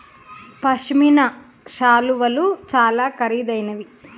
పశ్మిన శాలువాలు చాలా ఖరీదైనవి